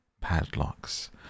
padlocks